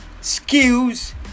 skills